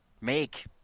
make